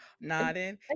nodding